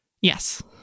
Yes